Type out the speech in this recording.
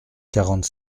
quarante